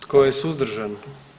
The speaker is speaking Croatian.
Tko je suzdržan?